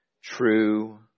true